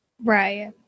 Right